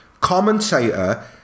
commentator